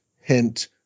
hint